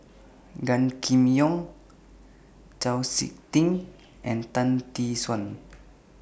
Gan Kim Yong Chau Sik Ting and Tan Tee Suan